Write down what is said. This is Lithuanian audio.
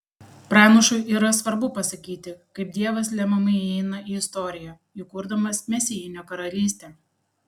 pranašui yra svarbu pasakyti kaip dievas lemiamai įeina į istoriją įkurdamas mesijinę karalystę